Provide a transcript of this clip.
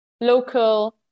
local